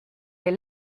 des